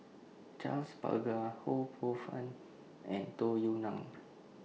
Charles Paglar Ho Poh Fun and Tung Yue Nang